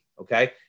okay